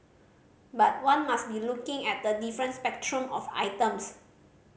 but one must be looking at a different spectrum of items